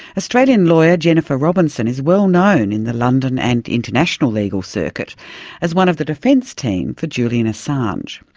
australian lawyer jennifer robinson is well known in the london and international legal circuit as one of the defence team for julian assange.